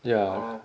ya